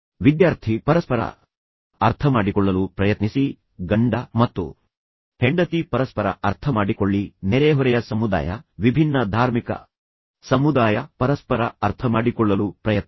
ವಿದ್ಯಾರ್ಥಿ ಪರಸ್ಪರ ಅರ್ಥಮಾಡಿಕೊಳ್ಳಲು ಪ್ರಯತ್ನಿಸಿ ಗಂಡ ಮತ್ತು ಹೆಂಡತಿ ಪರಸ್ಪರ ಅರ್ಥಮಾಡಿಕೊಳ್ಳಿ ನೆರೆಹೊರೆಯ ಸಮುದಾಯ ವಿಭಿನ್ನ ಧಾರ್ಮಿಕ ಸಮುದಾಯ ಪರಸ್ಪರ ಅರ್ಥಮಾಡಿಕೊಳ್ಳಲು ಪ್ರಯತ್ನಿಸಿ